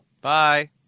Bye